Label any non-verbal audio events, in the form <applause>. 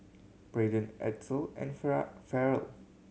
Braydon Edsel and <unintelligible> Farrell